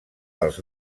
dels